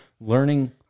learning